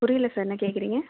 புரியல சார் என்ன கேட்குறீங்க